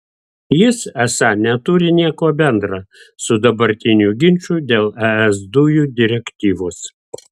jis esą neturi nieko bendra su dabartiniu ginču dėl es dujų direktyvos